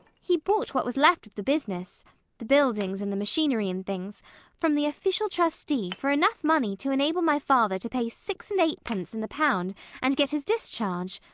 he bought what was left of the business the buildings and the machinery and things from the official trustee for enough money to enable my father to pay six-and-eight-pence in the pound and get his discharge.